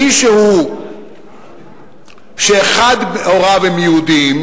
מישהו שאחד מהוריו יהודי,